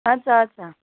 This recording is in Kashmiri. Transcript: اَدٕ سا اَدٕ سا